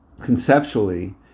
conceptually